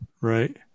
Right